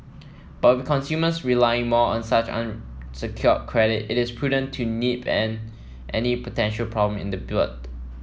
but with consumers relying more on such unsecured credit it is prudent to nip any potential problem in the